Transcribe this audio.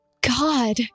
God